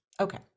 okay